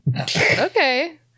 Okay